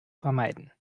vermeiden